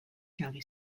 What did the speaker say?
county